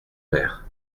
mer